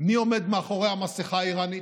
מי עומד מאחורי המסכה האיראנית,